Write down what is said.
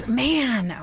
man